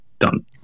Done